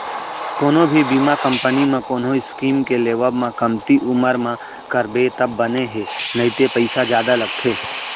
कोनो भी बीमा कंपनी म कोनो स्कीम के लेवब म कमती उमर म करबे तब बने हे नइते पइसा जादा लगथे